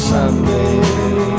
Sunday